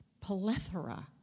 plethora